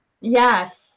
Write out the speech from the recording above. yes